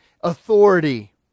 authority